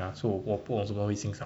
ya so 我不懂什么会欣赏